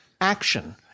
action